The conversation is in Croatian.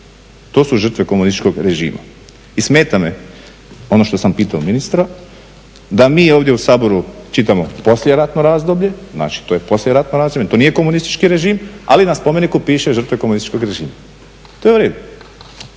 to su žrtve komunističkog režima. I smeta me ono što sam pitao ministra da mi ovdje u Saboru čitamo poslijeratno razdoblje, znači to je poslijeratno razdoblje, to nije komunistički režim, ali na spomeniku piše žrtva komunističkog režima. To je uredu.